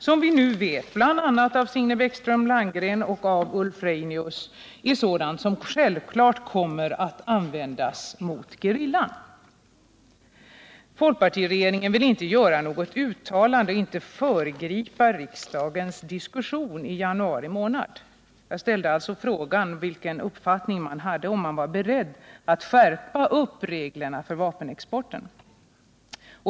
Vi vet ju bl.a. genom uppgifter från Signe Landgren-Bäckström och Ulf Reinius att dessa vapen kommer att användas mot gerillan. Folkpartiregeringen vill inte göra något uttalande och därigenom föregripa riksdagens diskussion i januari månad, säger handelsministern. Jag frågade vilken uppfattning man hade och om man var beredd att skärpa reglerna för vapenexport.